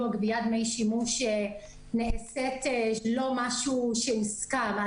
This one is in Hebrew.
גביית דמי שימוש נעשית לא כמשהו שהוסכם.